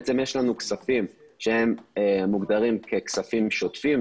יש לנו כספים שמוגדרים כספים שוטפים,